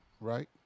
right